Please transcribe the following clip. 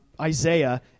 Isaiah